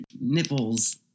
nipples